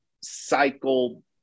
cycle